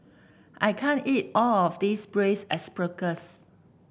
I can't eat all of this Braised Asparagus